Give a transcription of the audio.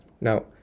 Now